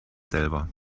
selber